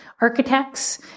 architects